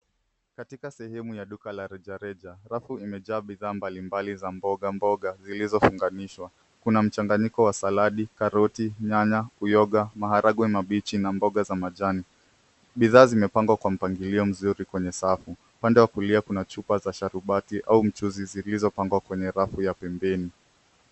Katika sehemu ya duka la rejareja, rafu imejaa bidhaa mbalimbali za mboga, mboga zilizofunganishwa. Kuna mchanganyiko wa saladi, karoti, nyanya, uyoga, maharage mabichi na mboga za majani. Bidhaa zimepangwa kwa mpangilio mzuri kwenye safu. Upande wa kulia kuna chupa za sharubati au mchuzi zilizopangwa kwenye rafu ya pembeni.